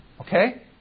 Okay